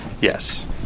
Yes